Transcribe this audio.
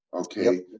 okay